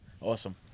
awesome